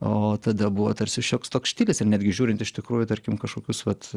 o tada buvo tarsi šioks toks štilis ir netgi žiūrint iš tikrųjų tarkim kažkokius vat